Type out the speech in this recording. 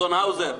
אדון האוזר,